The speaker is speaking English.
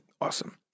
Awesome